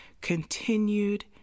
continued